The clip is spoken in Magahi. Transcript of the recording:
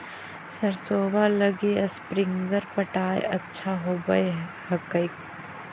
सरसोबा लगी स्प्रिंगर पटाय अच्छा होबै हकैय?